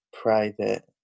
Private